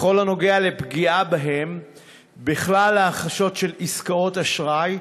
בכל הנוגע לפגיעה בהם בכלל ההכחשות של עסקאות אשראי,